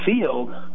field